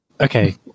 okay